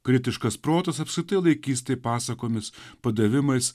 kritiškas protas apskritai laikys tai pasakomis padavimais